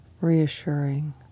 reassuring